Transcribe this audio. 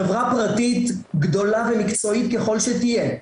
חברה פרטית גדולה ומקצועית ככול שתהיה,